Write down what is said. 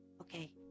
okay